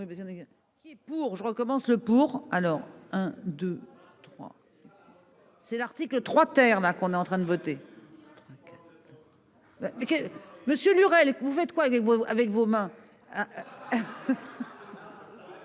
Qui est pour, je recommence pour alors. Un, deux, trois. C'est l'article 3 ter là qu'on est en train de voter. Monsieur Lurel et vous faites quoi avec vos mains.